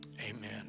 Amen